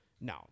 no